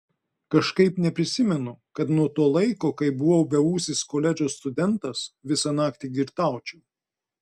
kažkaip neprisimenu kad nuo to laiko kai buvau beūsis koledžo studentas visą naktį girtaučiau